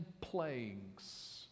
plagues